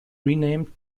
renamed